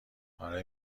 آره